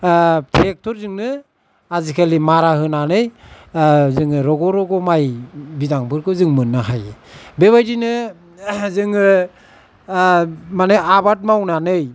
ट्रेक्टरजोंनो आजिखालि मारा होनानै जोङो रग' रग' माइ बिदांफोरखौ जों मोननो हायो बेबायदिनो जोङो माने आबाद मावनानै